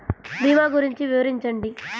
భీమా గురించి వివరించండి?